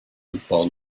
football